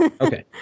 Okay